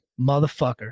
motherfucker